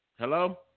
Hello